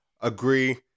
agree